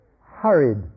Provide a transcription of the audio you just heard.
hurried